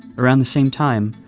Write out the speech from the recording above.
around the same time,